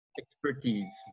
expertise